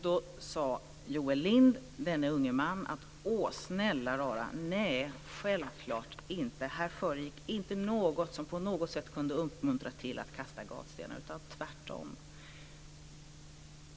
Då sade den unge mannen Joel Lind: Åh, snälla rara, självklart inte! Här föregick inte något som på något sätt kunde uppmuntra till att kasta gatstenar - tvärtom!